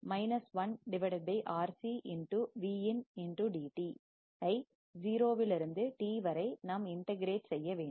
1 RC ஐ 0 இருந்து t வரை நாம் இன்ட கிரேட் செய்ய வேண்டும்